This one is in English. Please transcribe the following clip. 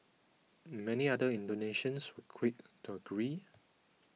many other Indonesians were quick to agree